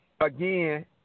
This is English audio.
again